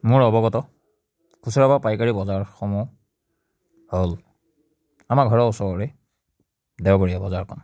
মোৰ অৱগত খুচুৰা বা পাইকাৰী বজাৰসমূহ হ'ল আমাৰ ঘৰৰ ওচৰৰেই দেওবৰীয়া বজাৰখন